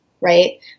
right